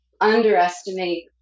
underestimate